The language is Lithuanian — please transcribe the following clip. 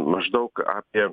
maždaug apie